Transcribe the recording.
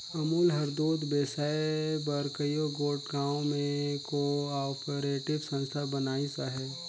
अमूल हर दूद बेसाए बर कइयो गोट गाँव में को आपरेटिव संस्था बनाइस अहे